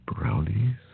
brownies